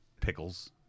pickles